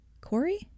Corey